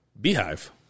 beehive